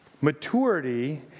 Maturity